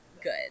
good